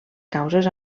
causes